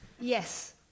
Yes